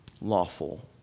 lawful